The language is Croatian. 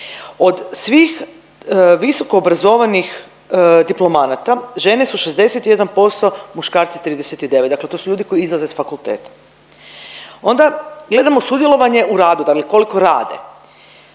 Od svih visokoobrazovanih diplomanata žene su 61%, muškarci 39, dakle to su ljudi koji izlaze s fakulteta. Onda gledamo sudjelovanje u radu, dakle koliko rade,